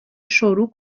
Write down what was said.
شروع